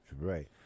Right